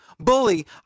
Bully